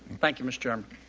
thank you, mr. chairman.